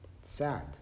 sad